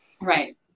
right